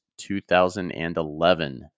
2011